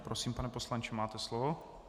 Prosím, pane poslanče, máte slovo.